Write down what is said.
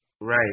Right